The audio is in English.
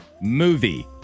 movie